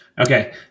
Okay